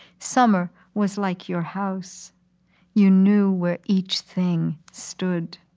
summer was like your house you knew where each thing stood.